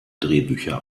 drehbücher